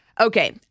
Okay